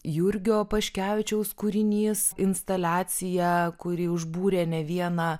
jurgio paškevičiaus kūrinys instaliacija kuri užbūrė ne vieną